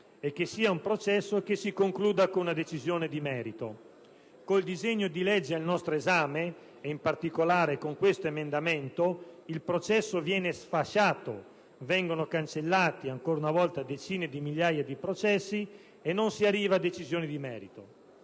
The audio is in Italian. ci sia e che si concluda con una decisione di merito, mentre con il disegno di legge al nostro esame e, in particolare, con questo emendamento, il processo viene sfasciato, vengono cancellati ancora una volta decine di migliaia di processi e non si arriva a decisione di merito;